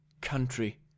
country